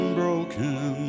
broken